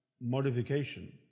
modification